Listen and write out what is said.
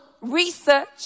research